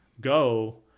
go